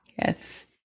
Yes